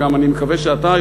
אני מקווה שגם אתה,